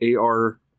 AR